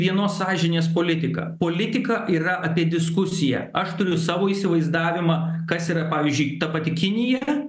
vienos sąžinės politiką politika yra apie diskusiją aš turiu savo įsivaizdavimą kas yra pavyzdžiui ta pati kinija